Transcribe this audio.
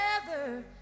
Together